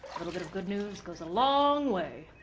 little bit of good news goes a long way.